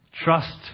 Trust